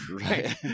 Right